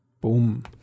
Boom